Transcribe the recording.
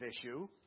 issue